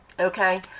okay